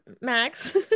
max